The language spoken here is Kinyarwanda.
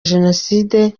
jenoside